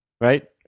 Right